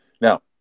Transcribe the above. Now